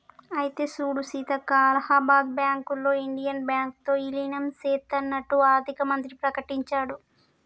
అయితే సూడు సీతక్క అలహాబాద్ బ్యాంకులో ఇండియన్ బ్యాంకు తో ఇలీనం సేత్తన్నట్టు ఆర్థిక మంత్రి ప్రకటించాడు